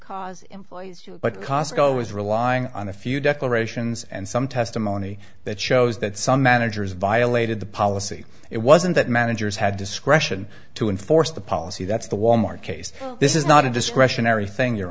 cause employees to but cosco was relying on a few declarations and some testimony that shows that some managers violated the policy it wasn't that managers had discretion to enforce the policy that's the wal mart case this is not a discretionary thing